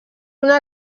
una